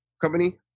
company